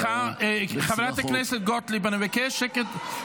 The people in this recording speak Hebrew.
סליחה, חברת הכנסת גוטליב, סליחה.